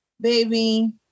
baby